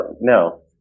no